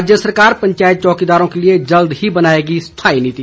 राज्य सरकार पंचायत चौकीदारों के लिए जल्द ही बनाएगी स्थाई नीति